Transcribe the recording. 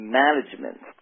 management